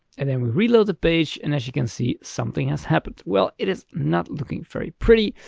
and then we reload the page. and as you can see, something has happened well, it is not looking very pretty.